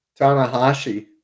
Tanahashi